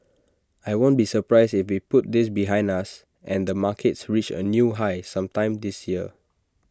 I won't be surprised if we put this behind us and the markets reach A new high sometime this year